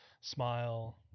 Smile